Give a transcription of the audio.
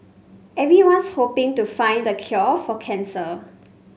everyone's hoping to find the cure for cancer